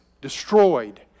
destroyed